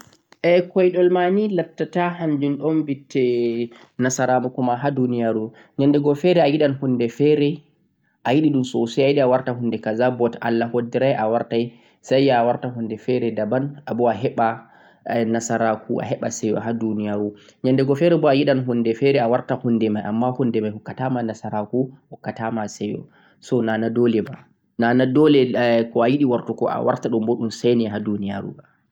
Koiɗol ma nii lattata nasarakuma ha duniyaru. Awawan ayiɗa hunde masin amma nafatama Allah hoddirai, amma sai Allah hokke hunde daban boo sai nasaraku tukke.